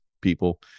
people